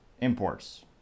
imports